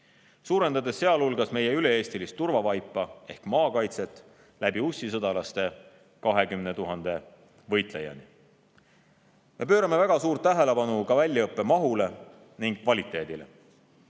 suurendades sealhulgas meie üle-eestilist turvavaipa ehk maakaitset ussisõdalaste näol 20 000 võitlejani. Me pöörame väga suurt tähelepanu ka väljaõppe mahule ning kvaliteedile.